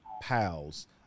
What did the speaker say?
Pals